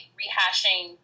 rehashing